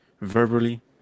verbally